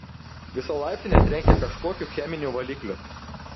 visa laiptinė trenkė kažkokiu cheminiu valikliu